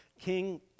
king